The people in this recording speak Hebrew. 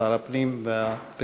שר הפנים והפריפריה,